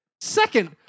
Second